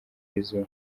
y’izuba